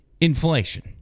inflation